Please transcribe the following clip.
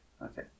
Okay